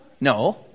No